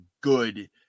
good